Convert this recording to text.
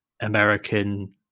american